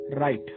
Right